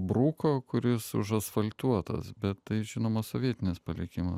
bruko kuris užasfaltuotas bet tai žinoma sovietinis palikimas